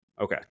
Okay